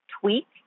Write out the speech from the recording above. tweak